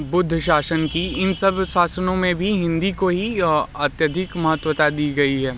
बुद्ध शासन की इन सब शासनों में भी हिंदी को ही अत्यधिक महत्वता दी गई है